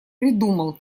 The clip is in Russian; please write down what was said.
придумал